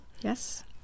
Yes